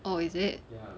oh is it